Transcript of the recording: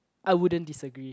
I wouldn't disagree